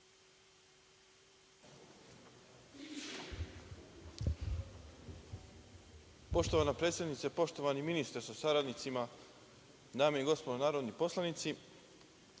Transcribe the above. Poštovana predsednice, poštovani ministre sa saradnicima, dame i gospodo narodni poslanici,